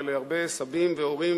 ולהרבה סבים והורים,